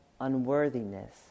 unworthiness